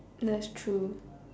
that's true